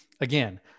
again